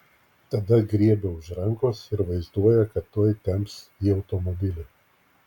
tada griebia už rankos ir vaizduoja kad tuoj temps į automobilį